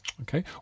Okay